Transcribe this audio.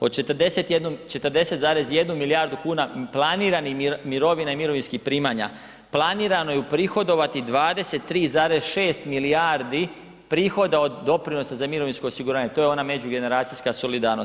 Od 40,1 milijardu kuna planiranih mirovina i mirovinskih primanja, planirano je uprihovati 23,6 milijardi prihoda od doprinosa za mirovinsko osiguranje, to je ona međugenracijska solidarnost.